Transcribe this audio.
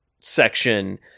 section